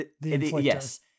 yes